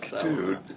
Dude